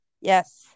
Yes